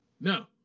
No